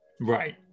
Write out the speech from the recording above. Right